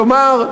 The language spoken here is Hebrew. כלומר,